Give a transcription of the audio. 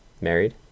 married